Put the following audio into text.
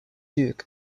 duke